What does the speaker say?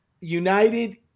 United